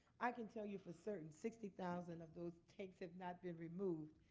i can tell you for certain sixty thousand of those tanks have not been removed,